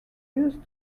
used